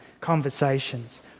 conversations